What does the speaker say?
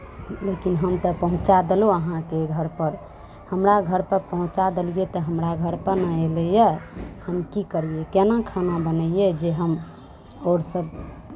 लेकिन हम तऽ पहुँचा देलहुँ अहाँके घरपर हमरा घर तक पहुँचा देलियै तऽ हमरा घरपर नहि एलैए हम की करियै केना खाना बनैयै जे हम आओर सभ